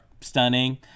stunning